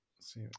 see